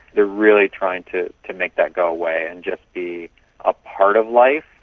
they are really trying to to make that go away and just be a part of life,